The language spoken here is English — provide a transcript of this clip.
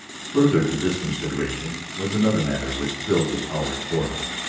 further to this consideration was another matter which filled the hours for her.